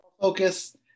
Focus